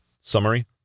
Summary